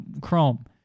Chrome